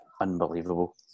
unbelievable